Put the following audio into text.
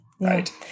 Right